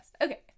Okay